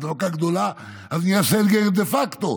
אז נהיה סגר דה פקטו.